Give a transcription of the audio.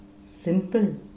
Simple